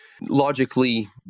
Logically